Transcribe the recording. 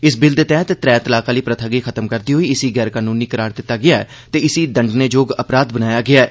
इस बिल दे तैह्त त्रै तलाक आह्ली प्रथा गी खत्म करदे होई इसी गैर कनूनी करार देई दित्ता गेआ ऐ ते इसी दंडने जोग अपराध बनाया गेआ ऐ